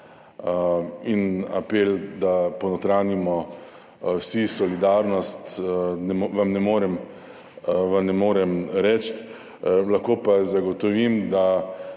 in apela, da ponotranjimo vsi solidarnost, ne morem reči. Lahko pa zagotovim, da